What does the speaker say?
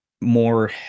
more